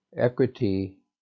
Equity